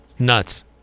nuts